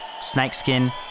Snakeskin